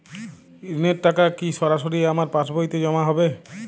ঋণের টাকা কি সরাসরি আমার পাসবইতে জমা হবে?